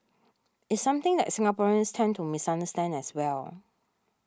it's something that Singaporeans tend to misunderstand as well